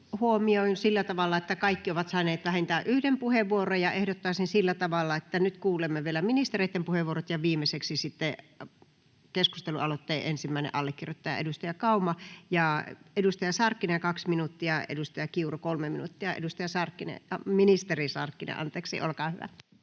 huomioin sillä tavalla, että kaikki ovat saaneet vähintään yhden puheenvuoron, ja ehdottaisin sillä tavalla, että nyt kuulemme vielä ministereitten puheenvuorot ja viimeiseksi sitten keskustelualoitteen ensimmäistä allekirjoittajaa, edustaja Kaumaa. Ja ministeri Sarkkinen 2 minuuttia, ministeri Kiuru 3 minuuttia. — Ministeri Sarkkinen, olkaa hyvä.